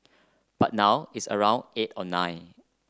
but now it's around eight or nine